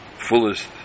fullest